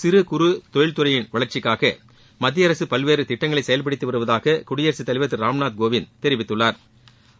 சிறு குறு தொழில்துறையின் வளர்ச்சிக்காக மத்திய அரசு பல்வேறு திட்டங்களை செயல்படுத்தி வருவதாக குடியரசுத்தலைவர் திரு ராம்நாத் கோவிந்த் தெரிவித்துள்ளாா்